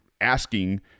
asking